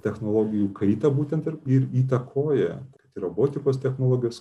technologijų kaita būtent ir ir įtakoja kad robotikos technologas